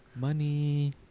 Money